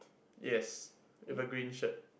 yes with a green shirt